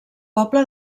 poble